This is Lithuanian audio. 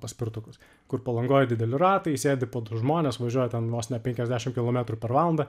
paspirtukus kur palangoj dideli ratai sėdi po du žmonės važiuoja ten vos ne penkiasdešim kilometrų per valandą